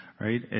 right